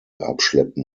abschleppen